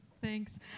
Thanks